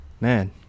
man